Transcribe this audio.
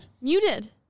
Muted